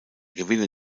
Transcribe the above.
gewinner